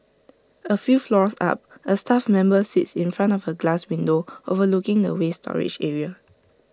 A few floors up A staff member sits in front of A glass window overlooking the waste storage area